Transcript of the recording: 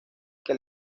que